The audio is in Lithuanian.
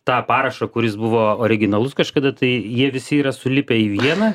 tą parašą kuris buvo originalus kažkada tai jie visi yra sulipę į vieną